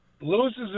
loses